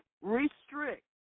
restrict